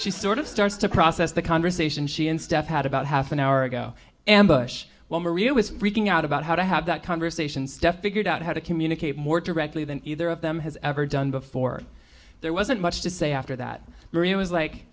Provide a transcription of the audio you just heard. she sort of starts to process the conversation she instead had about half an hour ago ambush well maria was freaking out about how to have that conversation steph figured out how to communicate more directly than either of them has ever done before there wasn't much to say after that it was like